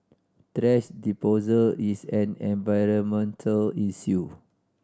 thrash disposal is an environmental issue